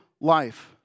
life